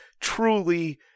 truly